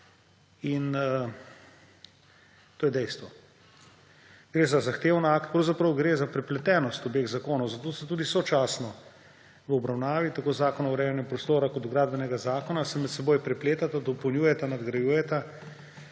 in to je dejstvo. Gre za zahteven akt, pravzaprav gre za prepletenost obeh zakonov, zato sta tudi sočasno v obravnavi, tako Zakon o urejanju prostora kot Gradbeni zakon. Se med seboj prepletata, dopolnjujeta, nadgrajujeta